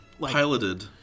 Piloted